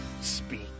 speak